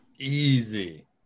easy